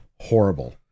horrible